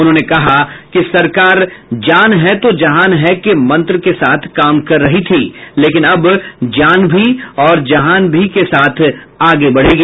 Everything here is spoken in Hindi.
उन्होंने कहा कि सरकार जान है तो जहान है के मंत्र के साथ काम कर रही थी लेकिन अब जान भी और जहान भी के साथ आगे बढ़ेगी